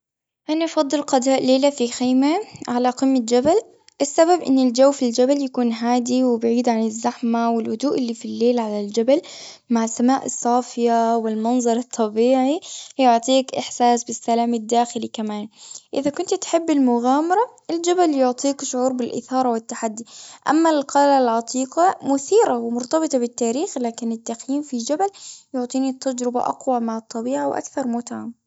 أنا أفضل قضاء ليلة في خيمة على قمة جبل. السبب إن الجو في الجبل يكون هادي، وبعيد عن الزحمة. والهدوء اللي في الليل على الجبل، مع السماء الصافية، والمنظر الطبيعي، يعطيك احساس بالسلام الداخلي كمان. إذا كنت تحب المغامرة، الجبل يعطيك شعور بالإثارة والتحدي. أما القلعة العتيقة، مثيرة ومرتبطة بالتاريخ. لكن التخييم في جبل يعطيني التجربة أقوى مع الطبيعة، وأكثر متعة.